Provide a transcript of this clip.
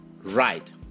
right